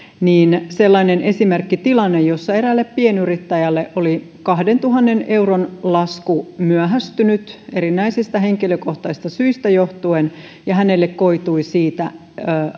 niin sellainen esimerkkitilanne jossa eräällä pienyrittäjällä oli kahdentuhannen euron lasku myöhästynyt erinäisistä henkilökohtaisista syistä johtuen ja hänelle koitui siitä